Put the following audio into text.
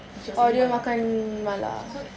oh dia makan mala